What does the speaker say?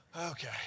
Okay